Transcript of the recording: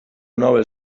nobel